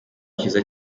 cyiza